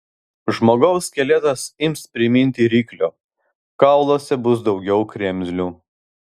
žmogaus skeletas ims priminti ryklio kauluose bus daugiau kremzlių